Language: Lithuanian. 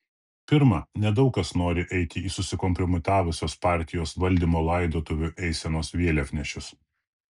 pirma nedaug kas nori eiti į susikompromitavusios partijos valdymo laidotuvių eisenos vėliavnešius